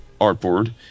artboard